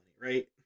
right